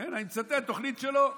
ואני מצטט, התוכנית שלו: